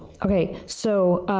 okay. so,